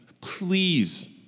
Please